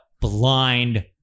blind